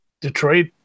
Detroit